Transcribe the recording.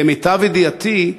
למיטב ידיעתי,